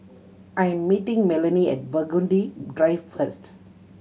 I am meeting Melony at Burgundy Drive first